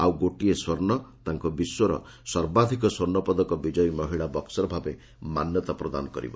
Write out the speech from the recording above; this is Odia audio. ଆଉ ଗୋଟିଏ ସ୍ୱର୍ଣ୍ଣ ତାଙ୍କୁ ବିଶ୍ୱର ସର୍ବାଧିକ ସ୍ୱର୍ଣ୍ଣପଦକ ବିଜୟୀ ମହିଳା ବକ୍ନର ଭାବେ ମାନ୍ୟତା ପ୍ରଦାନ କରିବ